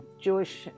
Jewish